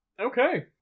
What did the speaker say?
Okay